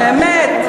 באמת.